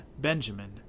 Benjamin